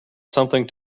something